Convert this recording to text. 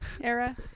era